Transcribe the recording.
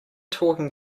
talking